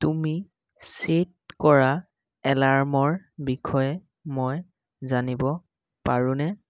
তুমি ছে'ট কৰা এলাৰ্মৰ বিষয়ে মই জানিব পাৰোঁনে